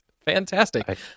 Fantastic